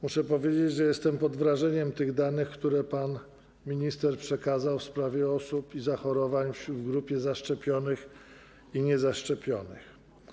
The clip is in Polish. Muszę powiedzieć, że jestem pod wrażeniem danych, które pan minister przekazał, dotyczących osób i zachorowań w grupach zaszczepionych i niezaszczepionych.